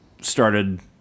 started